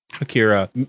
Akira